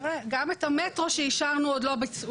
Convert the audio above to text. גם את המטרו שאישרנו עוד לא ביצעו,